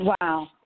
Wow